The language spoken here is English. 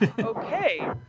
okay